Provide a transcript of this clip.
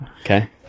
Okay